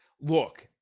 look